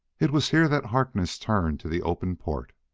it was here that harkness turned to the open port.